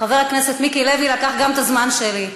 וחבר הכנסת מיקי לוי לקח גם את הזמן שלי.